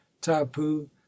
tapu